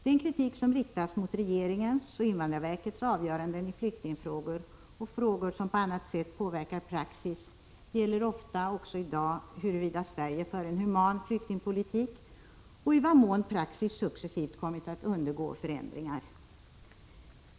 Den kritik som riktas mot regeringens och invandrarverkets avgöranden i flyktingfrågor och frågor som på annat sätt påverkar praxis gäller ofta — också i dag — huruvida Sverige för en human flyktingpolitik och i vad mån praxis successivt kommit att undergå förändringar.